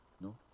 no